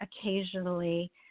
occasionally